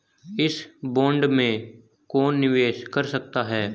इस बॉन्ड में कौन निवेश कर सकता है?